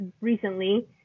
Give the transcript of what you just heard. recently